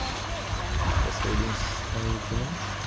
um i streets twenty two minutes